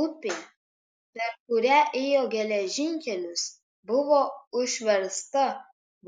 upė per kurią ėjo geležinkelis buvo užversta